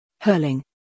Hurling